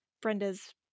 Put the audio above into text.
Brenda's